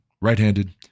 right-handed